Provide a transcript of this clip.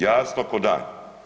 Jasno ko dan.